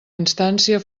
instància